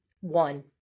One